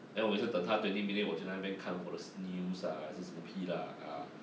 then 我每次等她 twenty minute 我在那边看我的 news ah 还是什么屁 lah ah